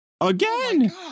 Again